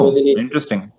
interesting